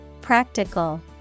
Practical